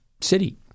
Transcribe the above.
city